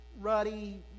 ruddy